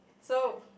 so